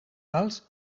tals